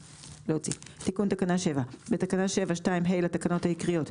תיקון תקנה 7 בתקנה 7(2)(ה) לתקנות העיקריות,